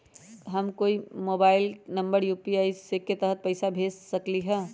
हम कोई के मोबाइल नंबर पर यू.पी.आई के तहत पईसा कईसे भेज सकली ह?